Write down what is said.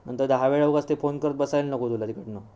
नंतर दहा वेळा उगाच ते फोन करत बसायला नको तुला तिकडनं